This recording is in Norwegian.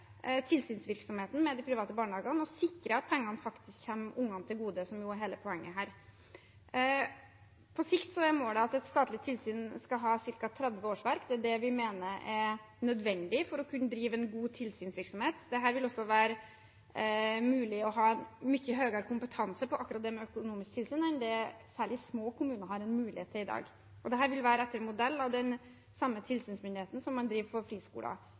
tilsynsvirksomheten med de private barnehagene og sikre at pengene faktisk kommer barna til gode, som jo er hele poenget. På sikt er målet at et statlig tilsyn skal ha ca. 30 årsverk. Det er det vi mener er nødvendig for å kunne drive en god tilsynsvirksomhet. Det vil også gjøre det mulig å ha en mye høyere kompetanse på akkurat det med økonomisk tilsyn enn det særlig små kommuner har mulighet til i dag. Dette vil være etter modell av den samme tilsynsmyndigheten som man har for friskoler.